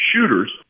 shooters